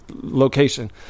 location